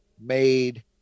made